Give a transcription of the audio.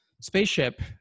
spaceship